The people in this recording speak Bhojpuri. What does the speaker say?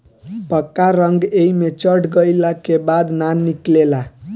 पक्का रंग एइमे चढ़ गईला के बाद ना निकले ला